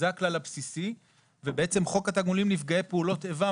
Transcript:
זה הכלל הבסיסי ובעצם חוק התגמולים לנפגעי פעולות איבה,